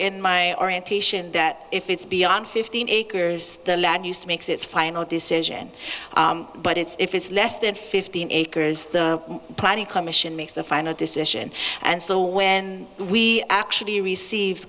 in my orientation that if it's beyond fifteen acres the land use makes its final decision but it's if it's less than fifteen acres the planning commission makes the final decision and so when we actually receive